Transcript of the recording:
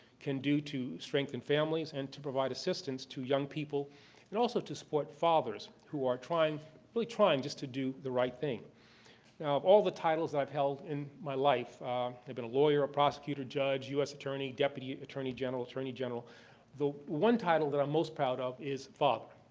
can do to strengthen families and to provide assistance to young people and also to support fathers who are really trying just to do the right thing. now, of all the titles i've held in my life i've been a lawyer, a prosecutor, judge, u s. attorney, deputy attorney general, attorney general the one title that i'm most proud of is father,